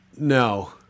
no